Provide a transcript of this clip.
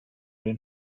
den